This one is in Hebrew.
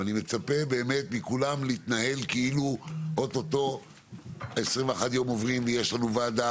ואני מצפה באמת מכולם להתנהל כאילו אוטוטו 21 היום עוברים ויש לנו ועדה